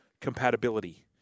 compatibility